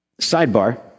sidebar